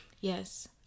Yes